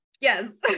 yes